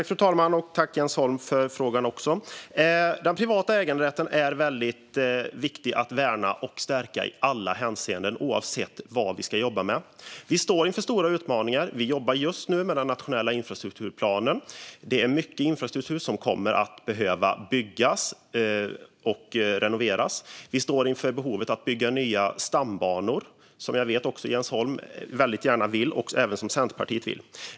Fru talman! Tack för frågan, Jens Holm! Den privata äganderätten är väldigt viktig att värna och stärka i alla hänseenden, oavsett vad vi ska jobba med. Vi står inför stora utmaningar. Vi jobbar just nu med den nationella infrastrukturplanen, och det är mycket infrastruktur som kommer att behöva byggas och renoveras. Vi står inför behovet av att bygga nya stambanor, vilket jag vet att Jens Holm och Vänsterpartiet väldigt gärna vill.